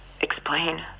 explain